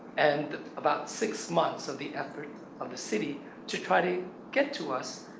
and about six months of the effort of the city to try to get to us,